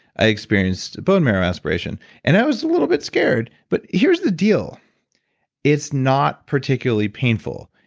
i experienced a bone marrow aspiration and i was a little bit scared, but here's the deal it's not particularly painful.